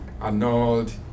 annulled